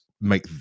make